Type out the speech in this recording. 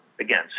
again